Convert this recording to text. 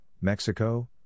Mexico